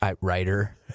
Writer